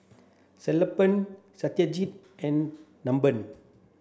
Sellapan Satyajit and